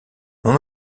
non